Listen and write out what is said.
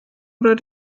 oder